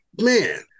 man